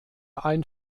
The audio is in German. ein